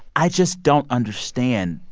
i just don't understand.